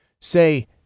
Say